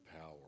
power